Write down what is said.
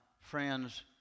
friends